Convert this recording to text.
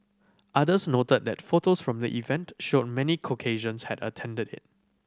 others noted that photos from the event showed many Caucasians had attended it